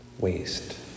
waste